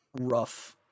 rough